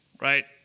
right